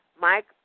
Mike